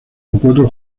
cuatro